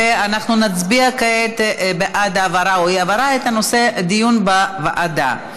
ואנחנו נצביע כעת בעד העברה או אי-העברה של הנושא לדיון בוועדה.